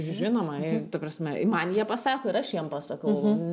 žinoma ji ta prasme man jie nepasako ir aš jiem pasakau